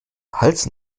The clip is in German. hals